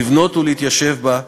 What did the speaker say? לבנות ולהתיישב בה,